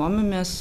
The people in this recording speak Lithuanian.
domimės